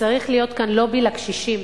שצריך להיות כאן לובי לקשישים.